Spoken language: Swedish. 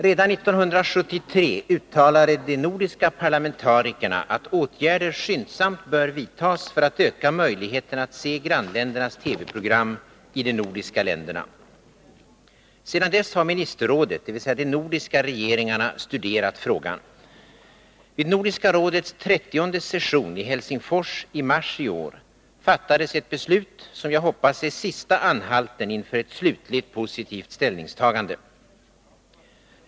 Redan 1973 uttalade de nordiska parlamentarikerna att åtgärder skyndsamt bör vidtas för att öka möjligheten att se grannländernas TV-program i de nordiska länderna. Sedan dess har ministerrådet, dvs. de nordiska regeringarna, studerat frågan. Vid Nordiska rådets 30:e session i Helsingfors imarsi år fattades ett beslut som jag hoppas är sista anhalten inför ett slutligt, positivt ställningstagande.